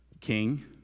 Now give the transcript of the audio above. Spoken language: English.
King